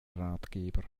ratgeber